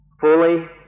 fully